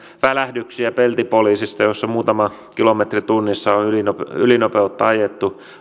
välähdyksiä peltipoliisista kun muutama kilometri tunnissa on ylinopeutta ajettu